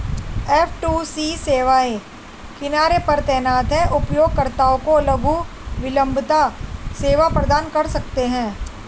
F two C सेवाएं किनारे पर तैनात हैं, उपयोगकर्ताओं को लघु विलंबता सेवा प्रदान कर सकते हैं